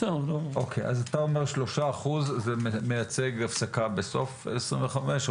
אז אתה אומר 3% מייצג הפסקה ב-25'.